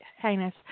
heinous